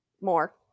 more